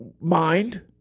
mind